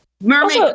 Mermaid